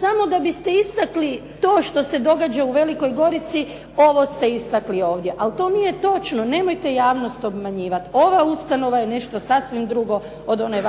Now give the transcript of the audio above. samo da biste istakli to što se događa u Velikoj Gorici ovo ste istakli ovdje, to nije točno. Nemojte javnost obmanjivati ova ustanova je nešto sasvim drugo od onog